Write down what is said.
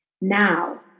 Now